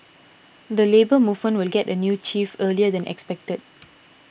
the Labour Movement will get a new chief earlier than expected